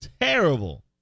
terrible